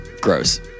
Gross